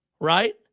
right